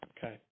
Okay